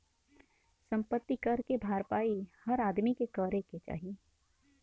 सम्पति कर के भरपाई हर आदमी के करे क चाही